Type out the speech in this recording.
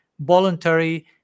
voluntary